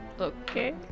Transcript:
Okay